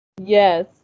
yes